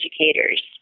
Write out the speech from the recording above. educators